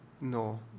No